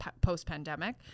post-pandemic